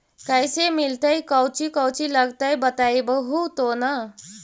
कैसे मिलतय कौची कौची लगतय बतैबहू तो न?